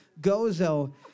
Gozo